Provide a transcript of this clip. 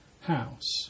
house